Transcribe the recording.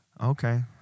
Okay